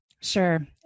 Sure